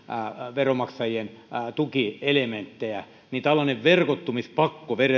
veronmaksa jiemme tukielementtejä niin tällaisen verkottumispakon